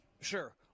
Sure